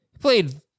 played